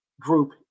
group